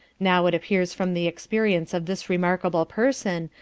now it appears from the experience of this remarkable person,